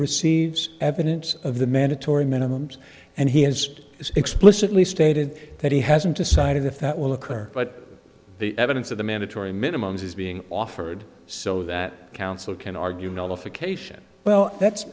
receives evidence of the mandatory minimums and he has explicitly stated that he hasn't decided if that will occur but the evidence of the mandatory minimum is being offered so that counsel can argue nullification well that's